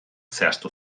zehaztu